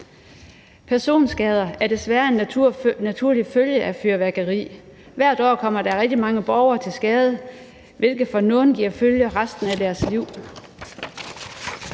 Personskader er desværre en naturlig følge af fyrværkeri. Hvert år kommer der rigtig mange borgere til skade, hvilket for nogle giver følger resten af deres liv.